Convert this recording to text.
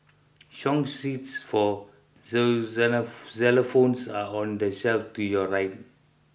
song sheets for xylophones are on the shelf to your right